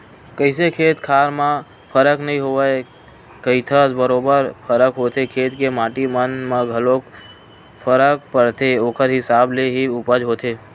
कइसे खेत खार म फरक नइ होवय कहिथस बरोबर फरक होथे खेत के माटी मन म घलोक फरक परथे ओखर हिसाब ले ही उपज होथे